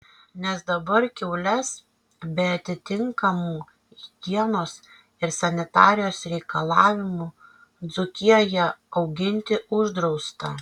nes dabar kiaules be atitinkamų higienos ir sanitarijos reikalavimų dzūkijoje auginti uždrausta